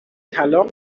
طلاق